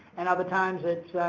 and other times it's